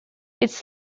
its